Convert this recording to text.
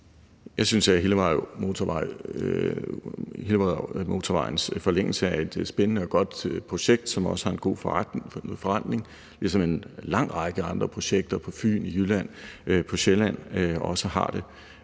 Jeg synes, at Hillerødmotorvejens forlængelse er et spændende og godt projekt, som også har en god forrentning, ligesom en lang række andre projekter på Fyn, i Jylland og på Sjælland også har det.